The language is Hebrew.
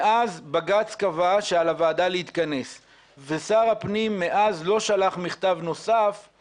סת יואב קיש דאז חידדה את האמירה שבעצם סמכות הוועדה ושיקול דעתה הבלעדי